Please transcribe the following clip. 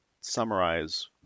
summarize